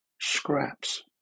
scraps